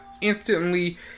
instantly